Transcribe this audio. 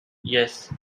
yes